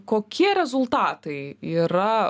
kokie rezultatai yra